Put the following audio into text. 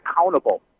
accountable